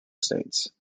states